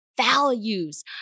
values